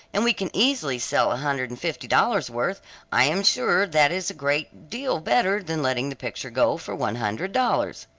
and we can easily sell a hundred and fifty dollars worth i am sure that is a great deal better than letting the picture go for one hundred dollars.